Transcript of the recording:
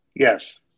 Yes